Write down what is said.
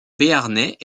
béarnais